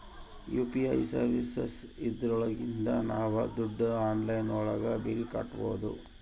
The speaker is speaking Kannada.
ಯು.ಪಿ.ಐ ಸರ್ವೀಸಸ್ ಇದ್ರೊಳಗಿಂದ ನಾವ್ ದುಡ್ಡು ಆನ್ಲೈನ್ ಒಳಗ ಬಿಲ್ ಕಟ್ಬೋದೂ